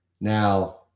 Now